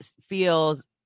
feels